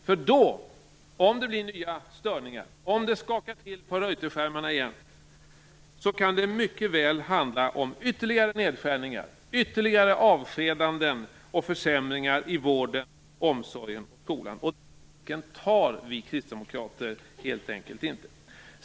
Då kan det, om det blir nya störningar och om det skakar till på Reuterskärmarna igen, mycket väl handla om ytterligare nedskärningar, avskedanden och försämringar i vården, omsorgen och skolan. Den risken tar vi kristdemokrater helt enkelt inte.